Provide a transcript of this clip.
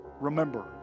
Remember